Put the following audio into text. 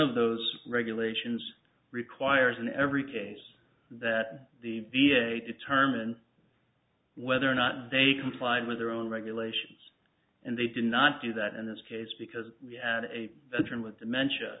of those regulations requires in every case that the v a determines whether or not they complied with their own regulations and they did not do that in this case because we had a veteran with dementia